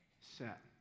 set